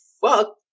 fuck